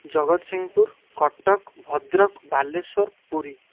Jagatsinghpur Cuttack Bhadrak Balasore Puri